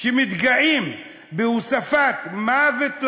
מתגאים בהוספת "מוות לערבים"